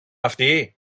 αυτοί